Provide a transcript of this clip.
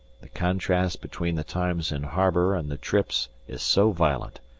the contrast between the times in harbour and the trips is so violent,